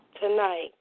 tonight